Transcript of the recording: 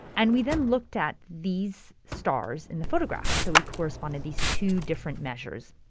and we then looked at these stars in the photographs. so we corresponded these two different measures.